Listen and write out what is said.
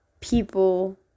people